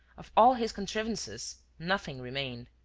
of all his contrivances, nothing remained.